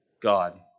God